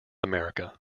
america